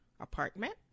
Apartment